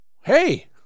hey